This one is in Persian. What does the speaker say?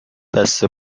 بسته